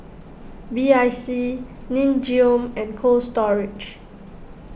B I C Nin Jiom and Cold Storage